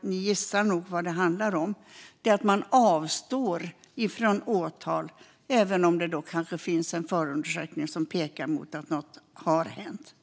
Ni gissar nog vad det handlar om. Det innebär att man avstår från åtal även om det kanske finns en förundersökning som pekar mot att något har hänt.